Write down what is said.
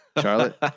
Charlotte